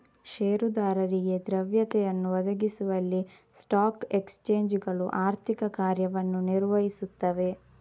ಷೇರುದಾರರಿಗೆ ದ್ರವ್ಯತೆಯನ್ನು ಒದಗಿಸುವಲ್ಲಿ ಸ್ಟಾಕ್ ಎಕ್ಸ್ಚೇಂಜುಗಳು ಆರ್ಥಿಕ ಕಾರ್ಯವನ್ನು ನಿರ್ವಹಿಸುತ್ತವೆ